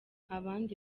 abandi